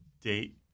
date